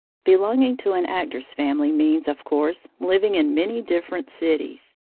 belonging to an actor's family means, of course, living in many different cities.